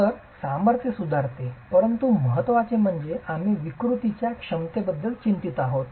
तर सामर्थ्य सुधारते परंतु महत्त्वाचे म्हणजे आम्ही विकृतीच्या क्षमतेबद्दल चिंतित आहोत